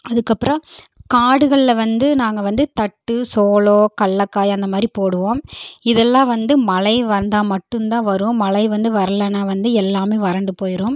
அதுக்கப்புறம் காடுகளில் வந்து நாங்கள் வந்து தட்டு சோளம் கடல்லக்காய் அந்தமாதிரி போடுவோம் இதெல்லாம் வந்து மழை வந்தால் மட்டுந்தான் வரும் மழை வந்து வர்லைன்னா வந்து எல்லாமே வறண்டு போய்டும்